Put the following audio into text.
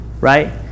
Right